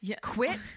Quit